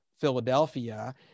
Philadelphia